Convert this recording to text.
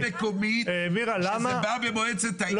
רשות מקומית שזה בא במועצת העיר,